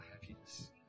happiness